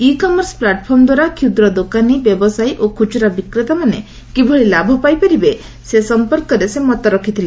ଇ commerce platform ଦ୍ୱାରା କ୍ଷୁଦ୍ର ଦୋକାନୀ ବ୍ୟବସାୟୀ ଓ ଖୁଚୁରା ବିକ୍ରେତାମାନେ କିଭଳି ଲାଭ ପାଇପାରିବେ ସେ ସଂପର୍କରେ ସେ ମତ ରଖିଥିଲେ